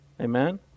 amen